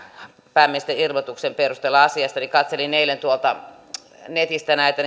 pääministerin ilmoituksen perusteella asiasta niin katselin eilen tuolta netistä näitä